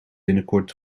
binnenkort